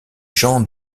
jean